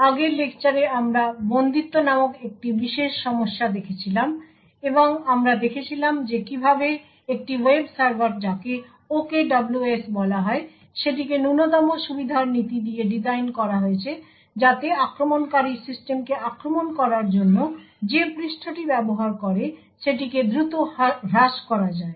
আগের লেকচারে আমরা বন্দীত্ব নামক একটি বিশেষ সমস্যা দেখেছিলাম এবং আমরা দেখেছিলাম যে কীভাবে একটি ওয়েব সার্ভার যাকে OKWS বলা হয় সেটিকে ন্যূনতম সুবিধার নীতি দিয়ে ডিজাইন করা হয়েছে যাতে আক্রমণকারী সিস্টেমকে আক্রমণ করার জন্য যে পৃষ্ঠটি ব্যবহার করে সেটিকে দ্রুত হ্রাস করা যায়